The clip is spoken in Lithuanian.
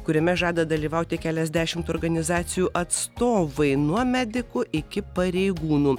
kuriame žada dalyvauti keliasdešimt organizacijų atstovai nuo medikų iki pareigūnų